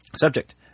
subject